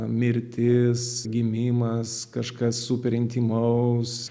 mirtis gimimas kažkas super intymaus